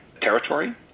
territory